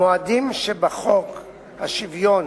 המועדים שבחוק השוויון